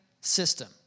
system